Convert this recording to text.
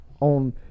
on